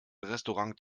restaurant